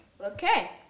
Okay